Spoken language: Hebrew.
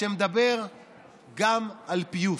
שמדבר גם על פיוס.